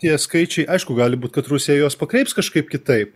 tie skaičiai aišku gali būt kad rusija juos pakreips kažkaip kitaip